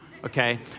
Okay